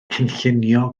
cynllunio